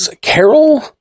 Carol